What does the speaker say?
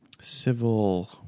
civil